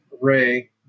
Ray